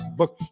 book